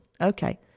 Okay